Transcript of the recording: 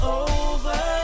over